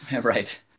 Right